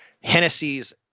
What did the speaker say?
Hennessy's